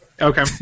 Okay